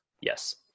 yes